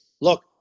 look